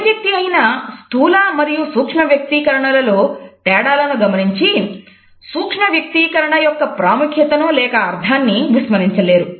ఏ వ్యక్తి అయినా స్థూల మరియు సూక్ష్మ వ్యక్తీకరణలో తేడాలను గమనించి సూక్ష్మ వ్యక్తీకరణ యొక్క ప్రాముఖ్యతను లేక అర్ధాన్ని విస్మరించలేరు